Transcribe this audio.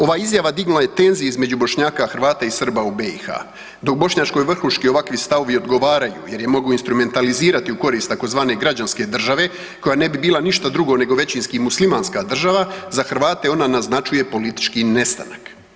Ova izjava dignula je tenzije između Bošnjaka, Hrvata i Srba u BiH, dok bošnjačkoj vrhuški ovakvi stavovi odgovaraju jer je mogu instrumentalizirati u korist, tzv. građanske države, koja ne bi bila ništa drugo nego većinski muslimanska država, za Hrvate ona naznačuje politički nestanak.